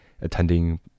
attending